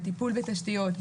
בטיפול בתשתיות,